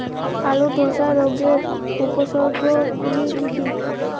আলুর ধসা রোগের উপসর্গগুলি কি কি?